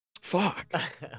fuck